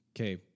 okay